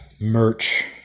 merch